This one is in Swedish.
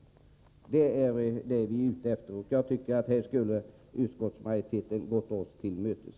Det är vad vi är ute efter. På den punkten borde utskottsmajoriteten ha gått oss mötes.